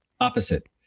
Opposite